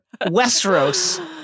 Westeros—